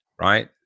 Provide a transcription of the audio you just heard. right